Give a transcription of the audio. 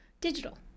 digital